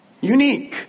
Unique